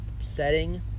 setting